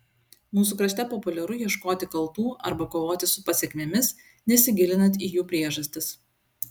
mūsų krašte populiaru ieškoti kaltų arba kovoti su pasekmėmis nesigilinant į jų priežastis